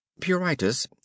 PURITIS